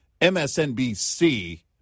msnbc